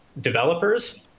developers